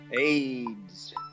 AIDS